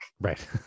Right